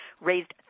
raised